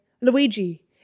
Luigi